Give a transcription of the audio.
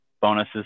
bonuses